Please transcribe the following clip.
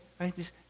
right